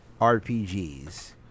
RPGs